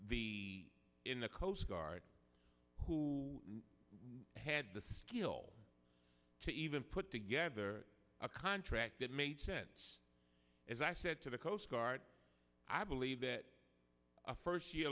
the in the coast guard who had the skill to even put together a contract that made sense as i said to the coast guard i believe that a first year